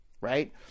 Right